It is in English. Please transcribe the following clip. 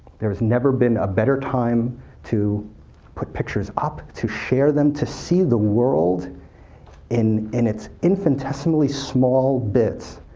there has never been a better time to put pictures up, to share them, to see the world in in its infinitesimally small bits,